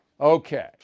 Okay